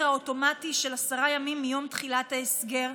האוטומטי של עשרה ימים מיום תחילת ההסגר,